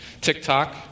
TikTok